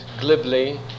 glibly